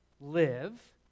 live